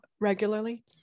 regularly